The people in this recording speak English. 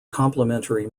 complementary